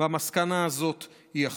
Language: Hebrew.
המסקנה הזאת היא אחדות.